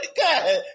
God